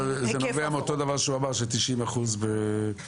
זה נובע מאותו דבר שהוא אמר, ש-90% באירופה.